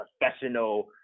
professional